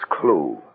clue